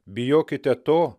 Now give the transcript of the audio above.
bijokite to